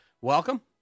welcome